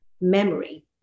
memory